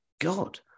God